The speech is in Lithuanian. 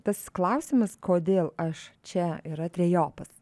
tas klausimas kodėl aš čia yra trejopas